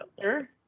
Sure